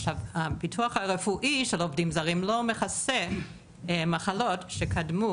הביטוח הרפואי של העובדים לא מכסה מחלות שקדמו